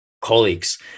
colleagues